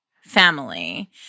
family